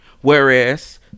Whereas